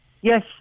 Yes